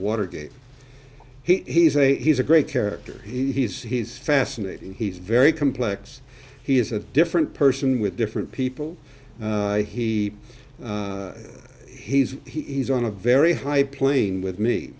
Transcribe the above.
watergate he's a he's a great character he's he's fascinating he's very complex he's a different person with different people he has he's on a very high plane with me